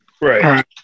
Right